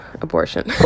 abortion